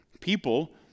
people